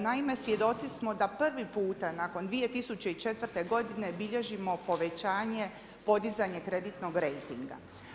Naime, svjedoci smo da prvi puta nakon 2004. godine bilježimo povećanje, podizanje kreditnog rejtinga.